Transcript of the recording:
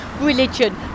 religion